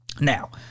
Now